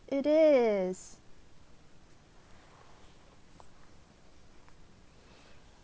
it is